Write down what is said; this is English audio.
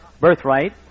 birthright